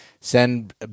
Send